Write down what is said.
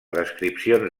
descripcions